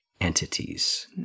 entities